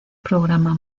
programa